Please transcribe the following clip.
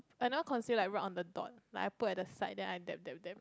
I like right on the dot like I put at the side then I dab dab dab